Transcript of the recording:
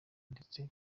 ndetse